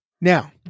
Now